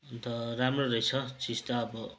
अन्त राम्रो रहेछ चिज त अब